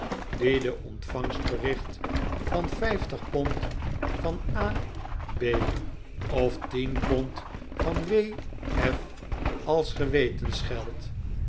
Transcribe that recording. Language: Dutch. de ontvangst bericht van vijftig pond van a b of tien pond van w f als